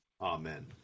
Amen